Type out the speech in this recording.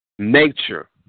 nature